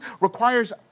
requires